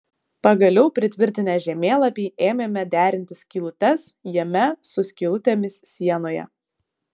pagaliau pritvirtinę žemėlapį ėmėme derinti skylutes jame su skylutėmis sienoje